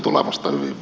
arvoisa puhemies